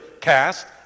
cast